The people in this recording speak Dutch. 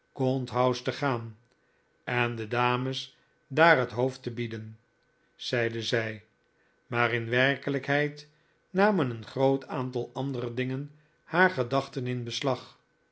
house te gaan en de dames daar het hoofd te bieden zeide zij maar in werkelijkheid namen een groot aantal andere dingen haar gedachten in beslag